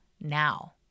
now